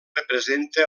representa